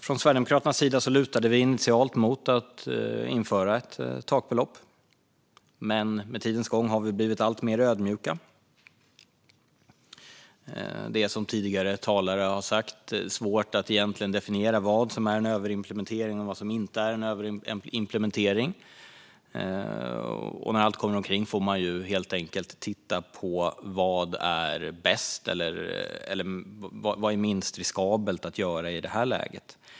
Från Sverigedemokraternas sida lutade vi initialt åt att införa ett takbelopp, men med tidens gång har vi blivit alltmer ödmjuka. Som tidigare talare har sagt är det svårt att egentligen definiera vad som är en överimplementering och vad som inte är en överimplementering. När allt kommer omkring får man helt enkelt titta på vad som är bäst eller minst riskabelt att göra i det här läget.